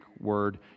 word